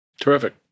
Terrific